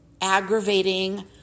aggravating